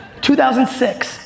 2006